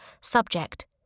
Subject